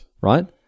Right